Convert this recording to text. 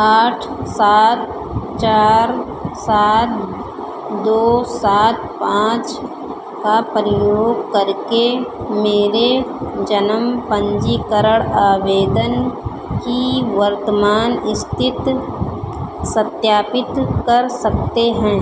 आठ सात चार सात दो सात पाँच का उपयोग करके मेरे जन्म पंजीकरण आवेदन की वर्तमान स्थिति सत्यापित कर सकते हैं